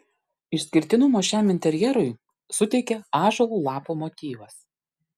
išskirtinumo šiam interjerui suteikia ąžuolo lapo motyvas